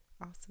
awesome